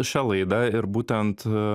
šią laidą ir būtent